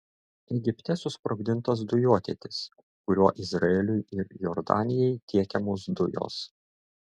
egipte susprogdintas dujotiekis kuriuo izraeliui ir jordanijai tiekiamos dujos